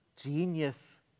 genius